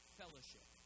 fellowship